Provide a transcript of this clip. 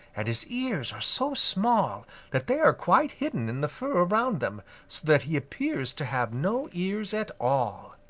and his ears are so small that they are quite hidden in the fur around them, so that he appears to have no ears at all.